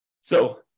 So-